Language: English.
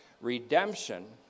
redemption